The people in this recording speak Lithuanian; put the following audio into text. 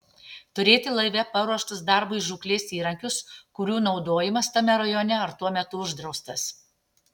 turėti laive paruoštus darbui žūklės įrankius kurių naudojimas tame rajone ar tuo metu uždraustas